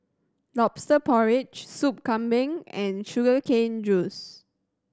Lobster Porridge Soup Kambing and sugar cane juice